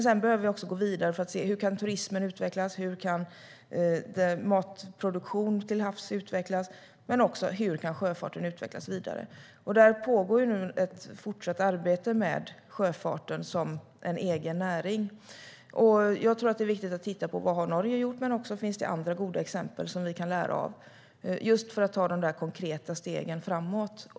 Sedan behöver vi också gå vidare för att se hur turism och matproduktion till havs kan utvecklas och hur sjöfarten kan utvecklas vidare. Där pågår nu ett fortsatt arbete med sjöfarten som en egen näring. Jag tror att det är viktigt att titta på vad Norge har gjort men också på om det finns andra goda exempel som vi kan lära av för att ta de där konkreta stegen framåt.